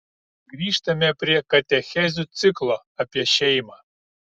grįžtame prie katechezių ciklo apie šeimą